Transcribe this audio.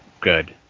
good